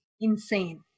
insane